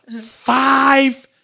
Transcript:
Five